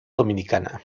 dominicana